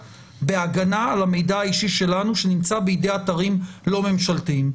בהגנה על המידע האישי שלנו שנמצא בידי אתרים לא ממשלתיים?